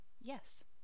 Yes